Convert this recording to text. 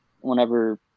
whenever